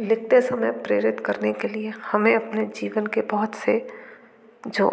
लिखते समय प्रेरित करने के लिए हमें अपने जीवन के बहुत से जो जो